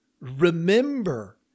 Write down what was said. Remember